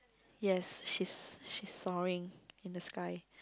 yes she's she's soaring in the sky